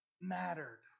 mattered